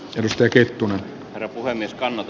riki tuna repulleen jatkanut